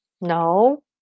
No